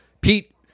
Pete